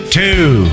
two